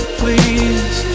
please